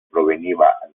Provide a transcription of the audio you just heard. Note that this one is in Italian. proveniva